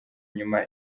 inyuma